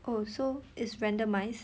oh so is randomized